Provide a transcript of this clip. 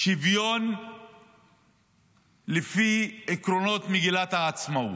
שוויון לפי עקרונות מגילת העצמאות.